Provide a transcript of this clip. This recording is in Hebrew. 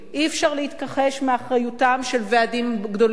אי-אפשר להתכחש לאחריותם של ועדים גדולים,